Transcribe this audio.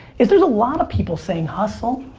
is there's a lot of people saying hustle.